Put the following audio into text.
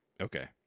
Okay